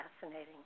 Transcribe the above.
fascinating